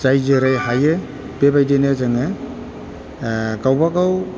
जाय जेरै हायो बेबायदिनो जोङो गावबा गाव